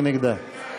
מי נגדה?